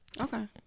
Okay